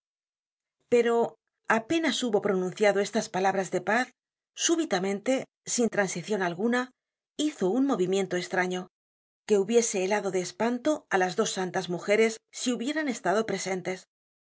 pero apenas hubo pronunciado estas palabras de paz súbitamente sin transicion alguna hizo un movimiento estraño que hubiese helado de espanto á las dos santas mujeres si hubieran estado presentes